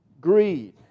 greed